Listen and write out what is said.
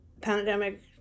pandemic